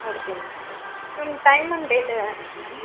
okay ma'am ma'am time and date என்ன ma'am